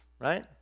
right